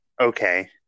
okay